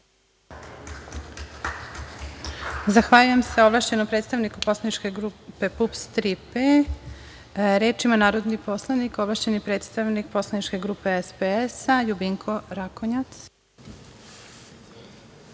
Zahvaljujem se ovlašćenom predstavniku Poslaničke grupe PUPS „Tri P“.Reč ima narodni poslanik, ovlašćeni predstavnik Poslaničke grupe SPS, Ljubinko Rakonjac.